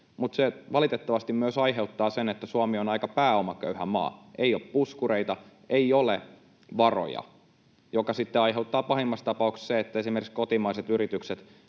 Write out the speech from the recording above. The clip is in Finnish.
asunto. Se valitettavasti myös aiheuttaa sen, että Suomi on aika pääomaköyhä maa. Ei ole puskureita, ei ole varoja, mikä sitten aiheuttaa pahimmassa tapauksessa sen, että esimerkiksi kotimaiset yritykset